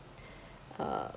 uh